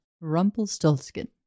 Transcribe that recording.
Rumpelstiltskin